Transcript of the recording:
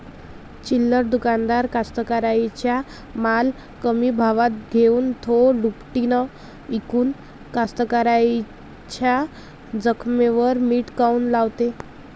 चिल्लर दुकानदार कास्तकाराइच्या माल कमी भावात घेऊन थो दुपटीनं इकून कास्तकाराइच्या जखमेवर मीठ काऊन लावते?